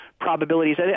probabilities